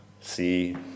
see